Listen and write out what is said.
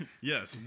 Yes